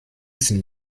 sind